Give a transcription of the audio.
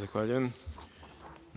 Zahvaljujem.